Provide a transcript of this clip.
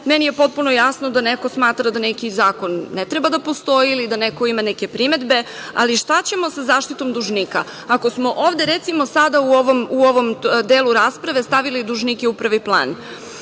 tome. Meni je potpuno jasno da neko smatra da neki zakon ne treba da postoji ili da neko ima neke primedbe, ali šta ćemo sa zaštitom dužnika, ako smo ovde, recimo, sada u ovom delu rasprave stavili dužnike u prvi plan?